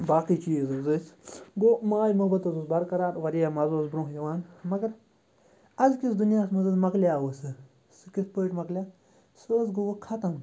باقٕے چیٖز حظ ٲسۍ گوٚو ماے محبت حظ اوس بَرقرار واریاہ مَزٕ اوس برونٛہہ یِوان مگر اَزکِس دُنیاہَس منٛز مَکلیو وۄنۍ سُہ سُہ کِتھ پٲٹھۍ مَکلیو سُہ حظ گوٚو وۄنۍ ختم